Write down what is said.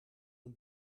een